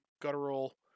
guttural